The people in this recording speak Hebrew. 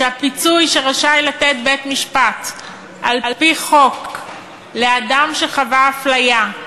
שהפיצוי שרשאי לתת בית-משפט על-פי חוק לאדם שחווה אפליה,